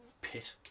pit